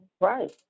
Right